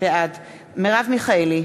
בעד מרב מיכאלי,